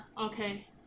okay